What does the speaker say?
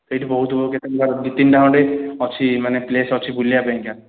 ସେଇଠି ବହୁତ ଦୁଇ ତିନିଟା ଖଣ୍ଡେ ଅଛି ମାନେ ପ୍ଲେସ୍ ଅଛି ବୁଲିବା ପାଇଁକା